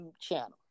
channel